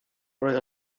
roedd